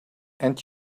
and